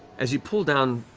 as you pull down